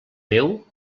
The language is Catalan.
meu